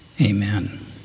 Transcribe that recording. amen